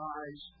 eyes